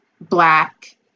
black